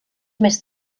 més